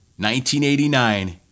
1989